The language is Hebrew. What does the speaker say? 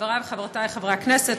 חברי וחברותי חברי הכנסת,